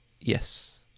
Yes